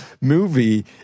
movie